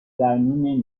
درمیون